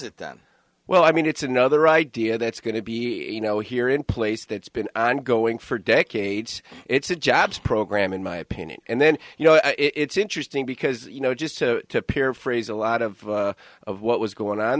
it that well i mean it's another idea that's going to be you know here in place that's been ongoing for decades it's a jobs program in my opinion and then you know it's interesting because you know just to paraphrase a lot of what was going on